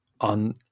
on